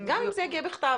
גם אם זה יגיע בכתב.